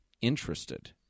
interested